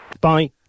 Bye